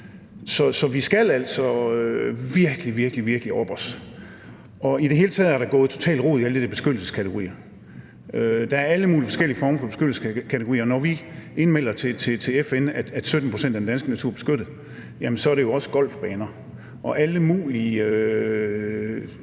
Så vi skal altså virkelig, virkelig oppe os. I det hele taget er der gået totalt rod i alle de der beskyttelseskategorier. Der er alle mulige forskellige former for beskyttelseskategorier, og når vi indmelder til FN, at 17 pct. af den danske natur er beskyttet, er det jo også golfbaner og alle mulige